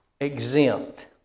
Exempt